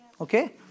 Okay